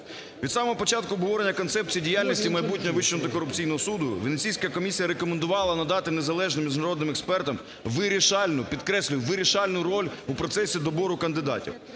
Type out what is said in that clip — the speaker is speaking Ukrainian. Від самого початку обговорення концепції діяльності майбутнього Вищого антикорупційного суду Венеційська комісія рекомендувала надати незалежним міжнародним експертам вирішальну, підкреслюю, вирішальну роль у процесі добору кандидатів